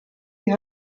sie